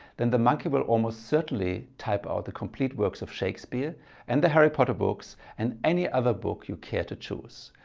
then the monkey will almost certainly type out the complete works of shakespeare and the harry potter books and any other book you care to choose.